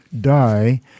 die